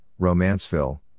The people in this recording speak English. Romanceville